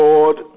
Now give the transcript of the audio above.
Lord